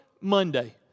Monday